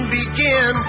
begin